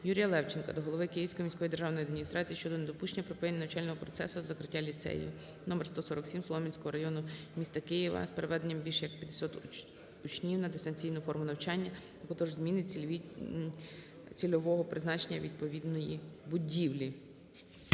Юрія Левченка до голови Київської міської державної адміністрації щодо недопущення припинення навчального процесу та закриття ліцею № 147 Солом'янського району міста Києва з переведенням більш як 500 учнів на дистанційну форму навчання, а також зміни цільового призначення відповідної будівлі.